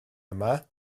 yma